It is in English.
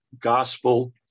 gospel